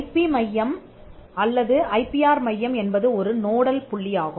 IP மையம் அல்லது I PR மையம் என்பது ஒரு நோடல் புள்ளியாகும்